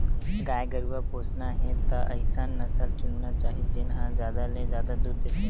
गाय गरूवा पोसना हे त अइसन नसल चुनना चाही जेन ह जादा ले जादा दूद देथे